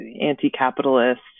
anti-capitalist